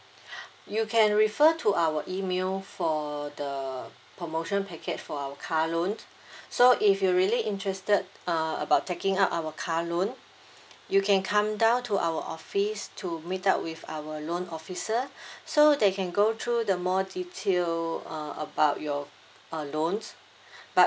you can refer to our email for the promotion package for our car loan so if you really interested uh about taking up our car loan you can come down to our office to meet up with our loan officer so they can go through the more detail uh about your uh loans but